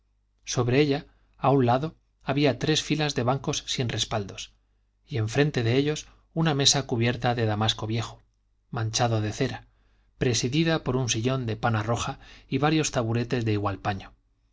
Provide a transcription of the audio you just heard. sobre ella a un lado había tres filas de bancos sin respaldos y enfrente de ellos una mesa cubierta de damasco viejo manchado de cera presidida por un sillón de pana roja y varios taburetes de igual paño